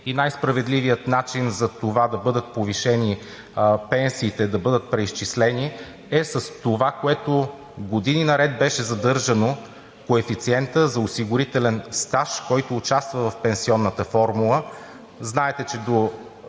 и най-справедливият начин за това да бъдат повишени пенсиите, да бъдат преизчислени, е с това, което години наред беше задържано – коефициентът за осигурителен стаж, който участва в пенсионната формула. Знаете, че след